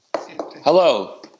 Hello